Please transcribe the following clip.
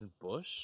Bush